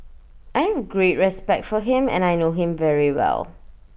I have great respect for him and I know him very well